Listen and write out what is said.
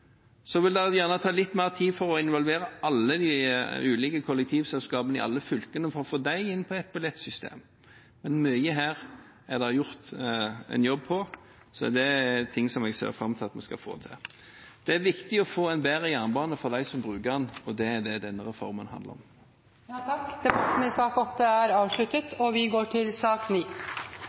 Så vil det gjerne ta litt mer tid å involvere alle de ulike kollektivselskapene i alle fylkene for å få dem inn på ett billettsystem. Mye her er det gjort en jobb med, så det er noe jeg ser fram til at vi skal få til. Det er viktig å få en bedre jernbane for dem som bruker den, det er det denne reformen handler om. Flere har ikke bedt om ordet til sak